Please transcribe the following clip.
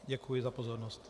Děkuji za pozornost.